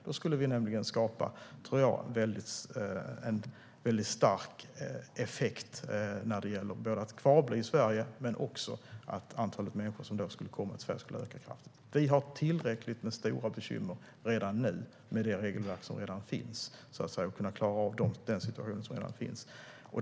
Det skulle nämligen skapa en stark effekt när det gäller att kvarbli i Sverige och också göra att antalet människor som skulle komma till Sverige skulle öka kraftigt. Vi har tillräckligt med stora bekymmer redan nu med det regelverk och den situation som redan finns.